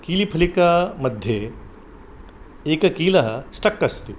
किलिफलकः मध्ये एक कील स्टक् अस्ति